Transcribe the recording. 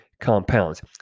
compounds